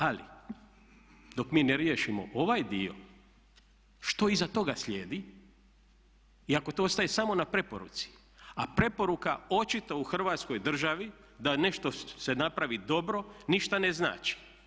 Ali dok mi ne riješimo ovaj dio što iza toga slijedi i ako to ostaje samo na preporuci a preporuka očito u Hrvatskoj državi da nešto se napravi dobro ništa ne znači.